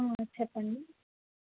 చెప్పండి